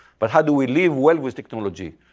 but how do we live well with technology?